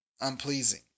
unpleasing